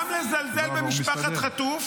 -- גם לזלזל במשפחת חטוף